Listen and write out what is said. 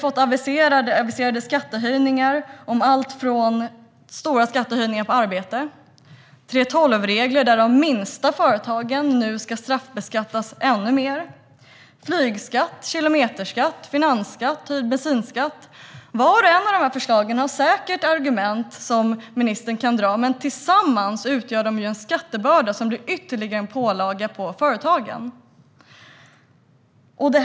Man har aviserat allt från stora skattehöjningar på arbete till 3:12-regler där de minsta företagen nu ska straffbeskattas och flygskatt, kilometerskatt, finansskatt och höjd bensinskatt. För vart och ett av dessa förslag finns det säkert argument som ministern kan dra, men tillsammans utgör de en skattebörda som blir ytterligare en pålaga på företagen.